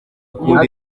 akunda